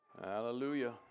hallelujah